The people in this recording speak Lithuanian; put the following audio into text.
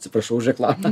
atsiprašau už reklamą